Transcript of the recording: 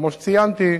כמו שציינתי,